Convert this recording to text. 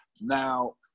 Now